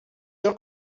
sûr